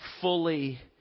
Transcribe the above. fully